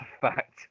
fact